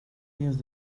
días